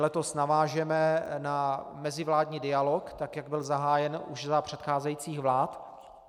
Letos navážeme na mezivládní dialog, tak jak byl zahájen už za předcházejících vlád.